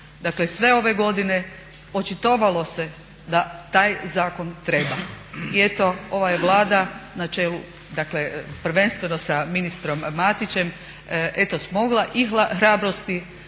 dakle sve ove godine očitovalo se da taj zakon treba. I eto ova je Vlada, na čelu dakle prvenstveno sa ministrom Matićem eto smogla i hrabrosti